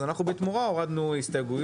אז אנחנו בתמורה הורדנו הסתייגויות.